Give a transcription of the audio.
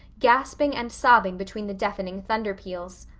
gasping and sobbing between the deafening thunder peals.